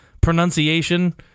pronunciation